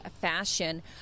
fashion